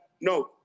no